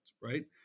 right